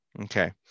okay